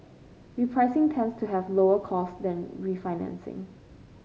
repricing tends to have lower costs than refinancing